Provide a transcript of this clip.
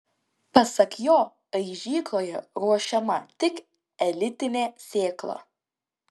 pasak jo aižykloje ruošiama tik elitinė sėkla